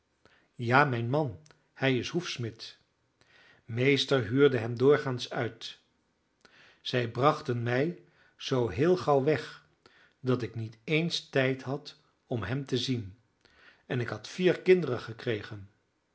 ja mijn man hij is hoefsmid meester huurde hem doorgaans uit zij brachten mij zoo heel gauw weg dat ik niet eens tijd had om hem te zien en ik had vier kinderen gekregen